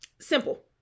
Simple